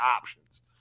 options